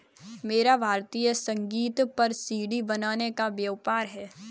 मेरा भारतीय संगीत पर सी.डी बनाने का व्यापार है